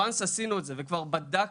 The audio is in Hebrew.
once עשינו את זה וכבר בדקנו,